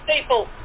people